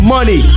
Money